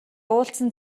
уулзсан